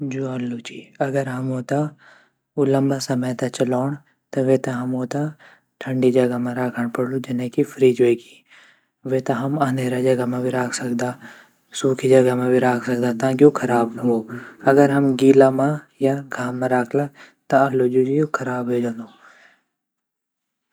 जू आलू ची अगर हमू त लंबा समय त चलोंण त वेता हमू त ठंडी जगह मा राखण पढ़लू जने की फ्रिज वेगी वेता हम अंधेरी जगह म भी राख सकदा सूखी जगह मा भी राख सकदा ताकि ऊ ख़राब न वो अगर हम गीला म या घाम म राख़ला त आलू जू ची ऊ ख़राब वे जानदू।